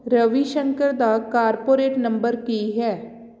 ਰਵੀਸ਼ੰਕਰ ਦਾ corporate number ਕੀ ਹੈ